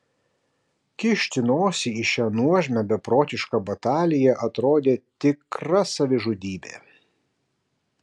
kišti nosį į šią nuožmią beprotišką bataliją atrodė tikra savižudybė